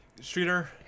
Streeter